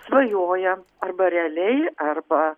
svajoja arba realiai arba